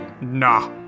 Nah